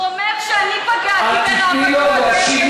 הוא אומר שאני פגעתי ברב הכותל.